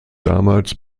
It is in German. damals